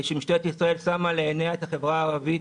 משטרה רבות בתוך החברה הערבית,